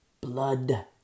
blood